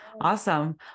Awesome